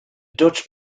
dutch